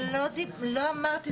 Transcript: לא אמרתי,